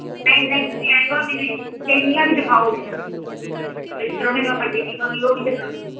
ਨਹੀਂ ਨਹੀਂ ਤੁਸੀਂ ਐਂਉਂ ਕਰੋ ਮੈਨੂੰ ਚੈਨੀਆਂ ਵੀ ਦਿਖਾਓ ਮੈਨੂੰ ਜਿਹੜੀ ਪਰਾਹੁਣੇ ਨੂੰ ਆਪਾਂ ਚੈਨੀ ਪਾਉਣੀ ਉਹ ਵੀ ਦਿਖਾਓ